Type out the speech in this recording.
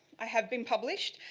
i have been published.